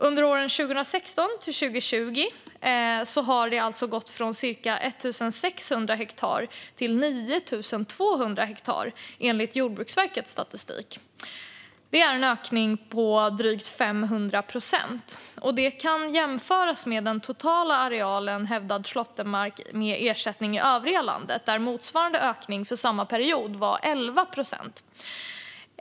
Under 2016-2020 har det skett en ökning från cirka 1 600 till 9 200 hektar, enligt Jordbruksverkets statistik, vilket motsvarar drygt 500 procent. Detta kan jämföras med den totala arealen hävdad slåttermark med ersättning i övriga landet, där motsvarande ökning för samma period var 11 procent.